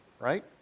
right